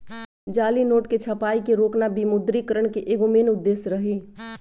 जाली नोट के छपाई के रोकना विमुद्रिकरण के एगो मेन उद्देश्य रही